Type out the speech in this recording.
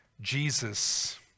Jesus